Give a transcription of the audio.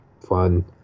fun